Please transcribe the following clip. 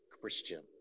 Christian